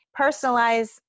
personalize